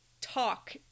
talk